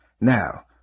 Now